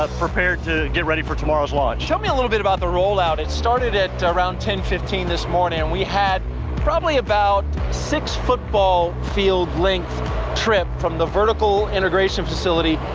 ah prepared to get ready for tomorrow's launch. tell me a little bit about the roll-out. it started at, ah, around ten fifteen this morning. and we had probably about six football field length trip from the vertical integration facility,